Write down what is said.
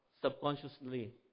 subconsciously